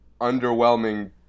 underwhelming